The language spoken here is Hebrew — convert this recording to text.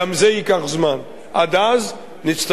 עד אז נצטרך כולנו להסתפק